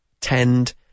tend